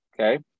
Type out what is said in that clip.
Okay